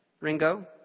Ringo